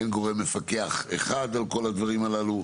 אין גורם מפקח אחד על כל הדברים הללו,